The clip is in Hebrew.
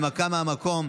הנמקה מהמקום.